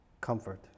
comfort